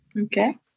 Okay